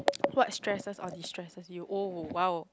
what stresses or distresses you oh !wow!